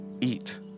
eat